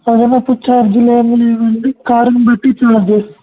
అదనపు ఛార్జీలు ఏమ లేవండి కార్ని బట్టి ఛార్జెస్